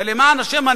למען השם,